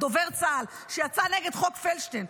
שיצא נגד חוק פלדשטיין,